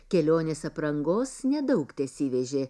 kelionės aprangos nedaug tesivežė